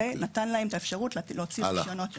זה נתן להם את האפשרויות להוציא רישיונות יותר,